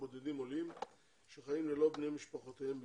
בודדים עולים שחיים ללא בני משפחותיהם בישראל.